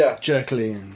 jerkily